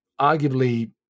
arguably